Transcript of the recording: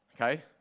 okay